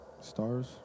Stars